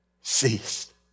ceased